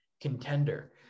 contender